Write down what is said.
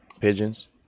Pigeons